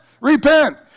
Repent